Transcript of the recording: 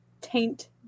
taint